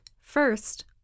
First